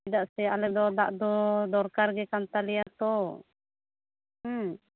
ᱪᱮᱫᱟᱜ ᱥᱮ ᱟᱞᱮ ᱫᱚ ᱫᱟᱜᱽ ᱫᱚ ᱫᱚᱨᱠᱟᱜᱮ ᱠᱟᱱ ᱛᱟᱞᱮᱭᱟ ᱛᱳ